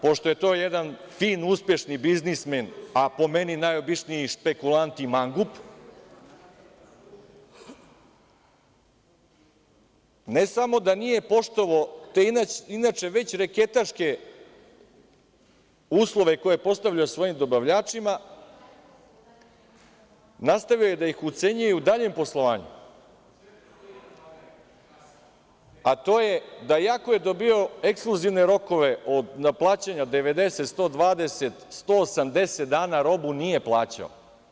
Pošto je to jedan fin uspešan biznismen, a po meni najobičniji špekulant i mangup, ne samo da nije poštovao inače već reketaške uslove koje je postavljao svojim dobavljačima, nastavio je da ih ucenjuje i u daljem poslovanju, a to je da iako je dobio ekskluzivne rokove od neplaćanja 90, 120, 180 dana robu nije plaćao.